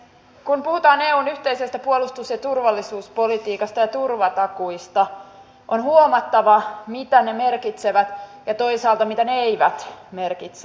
kun puhutaan eun yhteisestä puolustus ja turvallisuuspolitiikasta ja turvatakuista on huomattava mitä ne merkitsevät ja toisaalta mitä ne eivät merkitse